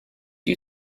you